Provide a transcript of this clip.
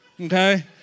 okay